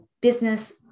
business